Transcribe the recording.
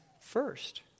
first